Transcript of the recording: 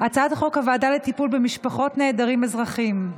הוועדה לטיפול במשפחות נעדרים אזרחיים.